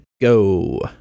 go